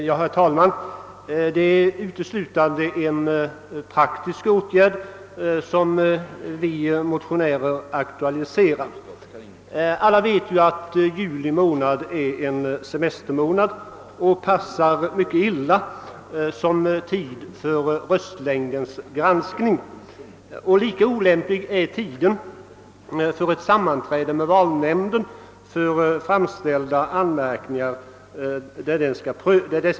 Herr talman! Det är uteslutande en praktisk åtgärd som vi motionärer här aktualiserar. Alla vet att juli är en semestermånad, och den passar mycket illa som tid för röstlängdens granskning. Lika olämplig är tiden för ett sammanträde med valnämnden för prövning av framställda anmärkningar.